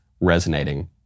resonating